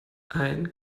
ein